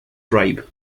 tribe